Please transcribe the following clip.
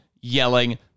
yelling